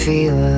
Feel